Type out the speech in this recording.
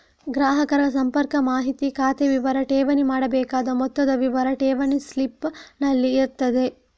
ಗ್ರಾಹಕರ ಸಂಪರ್ಕ ಮಾಹಿತಿ, ಖಾತೆ ವಿವರ, ಠೇವಣಿ ಮಾಡಬೇಕಾದ ಮೊತ್ತದ ವಿವರ ಠೇವಣಿ ಸ್ಲಿಪ್ ನಲ್ಲಿ ಇರ್ತದೆ